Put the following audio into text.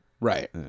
Right